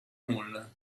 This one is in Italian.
nulla